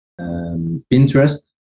Pinterest